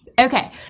okay